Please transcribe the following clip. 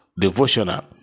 devotional